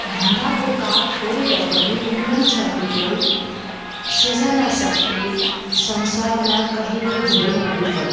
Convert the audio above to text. ढुङ्गाको काफ फोरेर पनि उम्रन्छ पिपल सृजना शक्ति संसारमा कहिले हुँदैन विफल